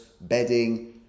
bedding